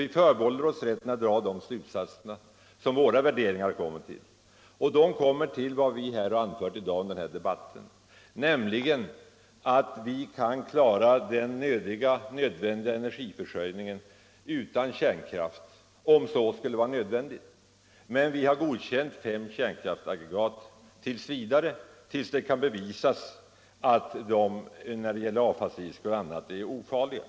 Vi förbehåller oss rätten att dra de slutsatser som våra värderingar leder till. Och de leder till vad vi har anfört i dag i den här debatten, nämligen att vi kan klara energiförsörjningen utan kärnkraft om så skulle vara nödvändigt. Men vi har godkänt fem kärnkraftsaggregat tills det kan bevisas att de när det gäller avfallsrisker och annat är ofarliga.